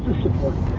support